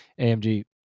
AMG